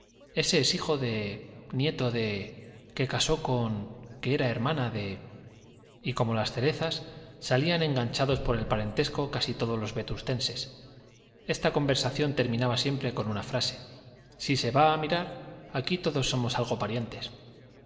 ese ese es hijo de nieto de que casó con que era hermana de y como las cerezas salían enganchados por el parentesco casi todos los vetustenses esta conversación terminaba siempre con una frase si se va a mirar aquí todos somos algo parientes